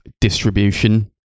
distribution